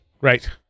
Right